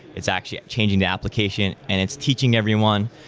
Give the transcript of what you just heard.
it's actually changing the application, and it's teaching everyone.